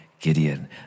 Gideon